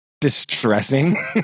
distressing